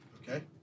Okay